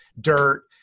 dirt